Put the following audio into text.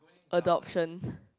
adoption